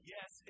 Yes